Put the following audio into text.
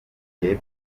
y’epfo